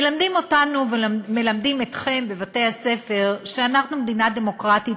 מלמדים אותנו ומלמדים אתכם בבתי-הספר שאנחנו מדינה דמוקרטית,